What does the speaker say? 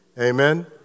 Amen